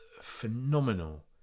phenomenal